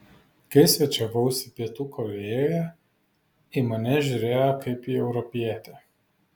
kai svečiavausi pietų korėjoje į mane žiūrėjo kaip į europietį